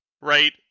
right